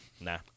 Nah